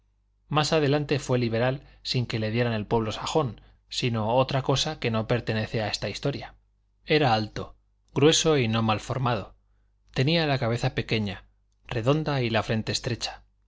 más adelante fue liberal sin que le dieran el pueblo sajón sino otra cosa que no pertenece a esta historia era alto grueso y no mal formado tenía la cabeza pequeña redonda y la frente estrecha